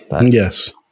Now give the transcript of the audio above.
Yes